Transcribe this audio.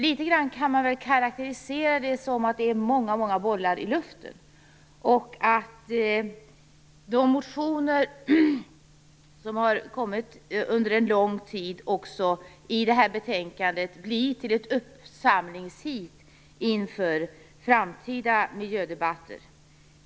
Man kan karakterisera det litet grand som att det är många bollar i luften. De motioner som har väckts under en lång tid och som finns med i det här betänkandet blir till ett uppsamlingsheat inför framtida miljödebatter.